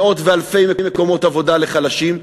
מאות ואלפי מקומות עבודה לחלשים,